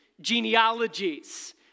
genealogies